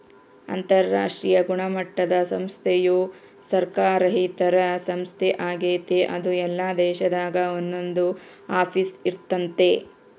ಅಂತರಾಷ್ಟ್ರೀಯ ಗುಣಮಟ್ಟುದ ಸಂಸ್ಥೆಯು ಸರ್ಕಾರೇತರ ಸಂಸ್ಥೆ ಆಗೆತೆ ಅದು ಎಲ್ಲಾ ದೇಶದಾಗ ಒಂದೊಂದು ಆಫೀಸ್ ಇರ್ತತೆ